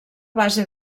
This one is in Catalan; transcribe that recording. base